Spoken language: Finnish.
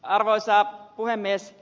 arvoisa puhemies